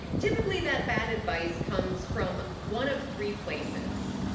typically, that bad advice comes from one of three places.